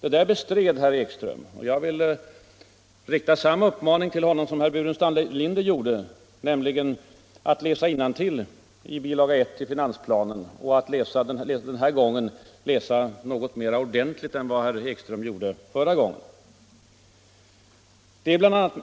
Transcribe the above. Det där bestred herr Ekström, och jag vill rikta samma uppmaning till honom som herr Burenstam Linder gjorde: att han skall läsa innantill i bilaga 1 till finansplanen — och den här gången läsa ordentligare än förra gången. Det är